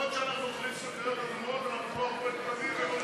ההסתייגות של קבוצת סיעת המחנה הציוני